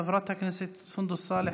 חברת הכנסת סונדוס סאלח,